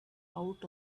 out